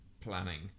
planning